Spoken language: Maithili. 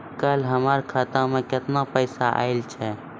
कल हमर खाता मैं केतना पैसा आइल छै?